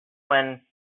when